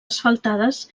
asfaltades